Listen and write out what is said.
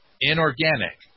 inorganic